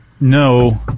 No